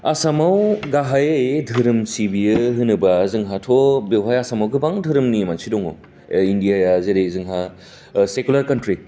आसामाव गाहायै धोरोम सिबियो होनोबा जोंहाथ' बेवहाय आसामाव गोबां धोरोम मानसि दं अल इण्डिया जेरै जोंहा सेक्यिउलार कान्ट्रि